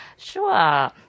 Sure